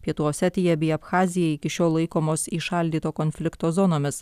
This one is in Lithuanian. pietų osetija bei abchazija iki šiol laikomos įšaldyto konflikto zonomis